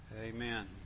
Amen